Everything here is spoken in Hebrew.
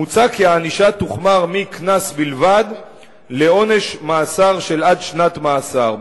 מוצע כי הענישה תוחמר מקנס בלבד לעונש מאסר של עד שנת מאסר.